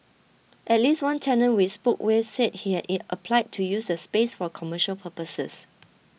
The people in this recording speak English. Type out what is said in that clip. at least one tenant we spoke will said he had it applied to use the space for commercial purposes